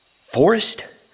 forest